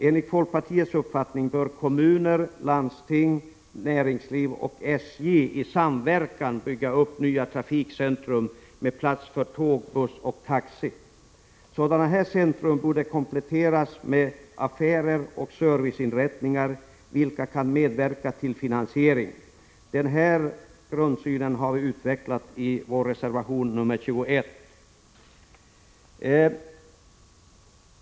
Enligt folkpartiets uppfattning bör kommuner, landsting, näringsliv och SJ i samverkan bygga upp nya trafikcentra med plats för tåg, buss och taxi. Sådana centra borde kunna kompletteras med affärer och serviceinrättningar, vilka kan medverka till finansieringen. Denna vår grundsyn har vi utvecklat i reservation 21.